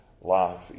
life